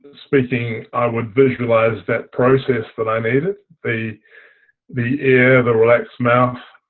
speaking, i would visualize that process that i needed, the the air, the relaxed mouth.